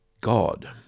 God